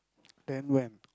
then when